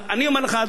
אז אני אומר לך,